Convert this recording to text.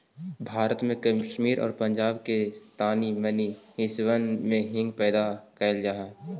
भारत में कश्मीर आउ पंजाब के तानी मनी हिस्सबन में हींग पैदा कयल जा हई